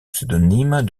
pseudonyme